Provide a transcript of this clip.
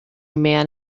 man